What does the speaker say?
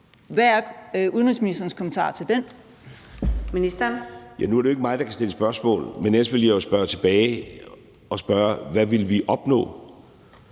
Hvad er udenrigsministerens kommentar til det?